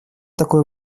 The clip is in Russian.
такой